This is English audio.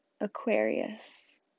Aquarius